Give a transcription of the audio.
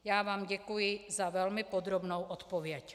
Já vám děkuji za velmi podrobnou odpověď.